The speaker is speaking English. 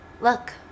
Look